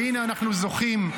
והינה אנחנו זוכים,